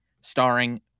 starring